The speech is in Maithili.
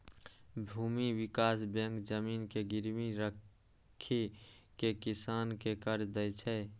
भूमि विकास बैंक जमीन के गिरवी राखि कें किसान कें कर्ज दै छै